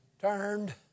turned